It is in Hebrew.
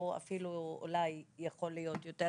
ואפילו יותר גרוע,